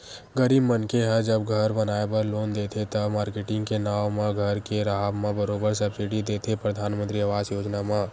गरीब मनखे ह जब घर बनाए बर लोन देथे त, मारकेटिंग के नांव म घर के राहब म बरोबर सब्सिडी देथे परधानमंतरी आवास योजना म